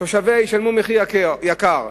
תושביהן ישלמו מחיר גבוה.